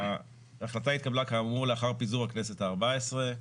ההחלטה התקבלה כאמור לאחר פיזור הכנסת ה-14,